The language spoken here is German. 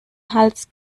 hals